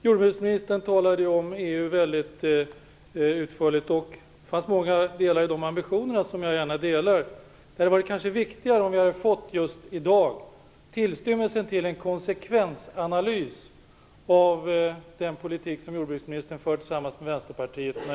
Jordbruksministern talade mycket utförligt om EU, och jag ställer mig gärna bakom många av de ambitioner som hon framförde. Men det hade kanske varit viktigare om vi i dag hade fått en tillstymmelse till en konsekvensanalys av den jordbrukspolitik som jordbruksministern för tillsammans med Vänsterpartiet.